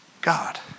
God